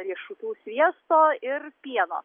riešutų sviesto ir pieno